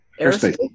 airspace